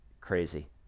Crazy